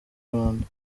rwanda